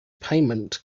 payment